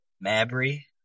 Mabry